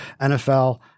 NFL